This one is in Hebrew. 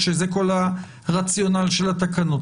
שזה כל הרציונל של התקנות.